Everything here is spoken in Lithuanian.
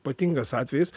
ypatingas atvejis